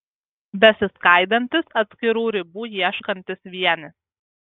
besiskaidantis atskirų ribų ieškantis vienis